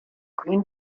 green